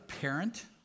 parent